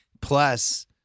Plus